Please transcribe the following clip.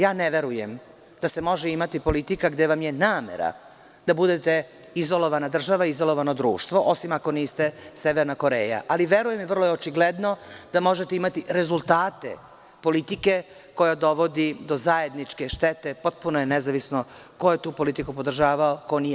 Ne verujem da se može imati politika gde vam je namera da budete izolovana država, izolovano društvo, osim ako niste Severna Koreja, ali verujem i vrlo je očigledno da možete imati rezultate politike koja dovodi do zajedničke štete, potpuno je nezavisno ko je tu politiku podržavao, ko nije.